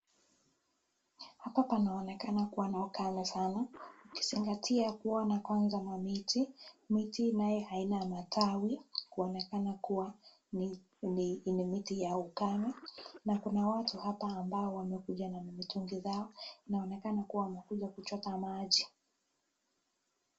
Hapa panaonekana kuwa na ukame sana. Ukizingatia kuona kwanza kwa miti, miti nayo haina matawi kuonekana kuwa ni miti ya ukame. Na kuna watu hapa ambao wamekuja na mitungi zao. Inaonekana kuwa wamekuja kuchota maji.